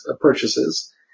purchases